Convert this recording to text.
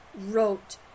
wrote